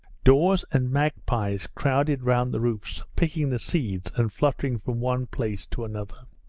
daws and magpies crowded round the roofs, picking the seeds and fluttering from one place to another.